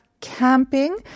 camping